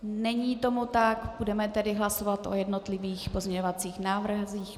Není tomu tak, budeme tedy hlasovat o jednotlivých pozměňovacích návrzích.